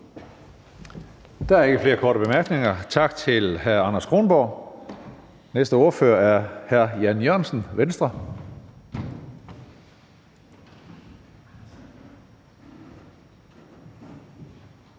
Der er ikke flere korte bemærkninger. Tak til hr. Anders Kronborg. Næste ordfører er hr. Jan E. Jørgensen, Venstre.